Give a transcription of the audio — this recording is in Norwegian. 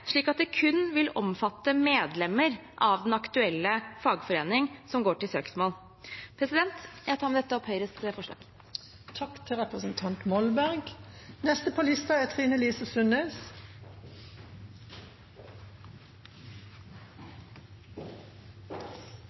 slik at det kun vil omfatte medlemmer av den aktuelle fagforening som går til søksmål. Jeg tar med dette opp Høyre og Fremskrittspartiets forslag. Representanten Anna Molberg har tatt opp det forslaget hun refererte til. Kollektiv søksmålsrett for fagforeninger er